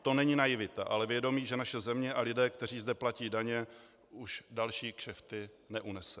To není naivita, ale vědomí, že naše země a lidé, kteří zde platí daně, už další kšefty neunesou.